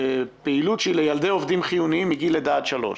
פעילות של ילדי עובדים חיוניים מגיל לידה עד שלוש.